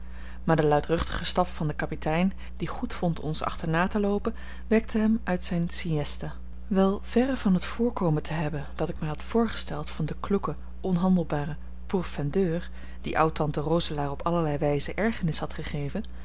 maar de luidruchtige stap van den kapitein die goed vond ons achterna te loopen wekte hem uit zijne siësta wel verre van het voorkomen te hebben dat ik mij had voorgesteld van den kloeken onhandelbaren pourfendeur die oud-tante roselaer op allerlei wijze ergernis had gegeven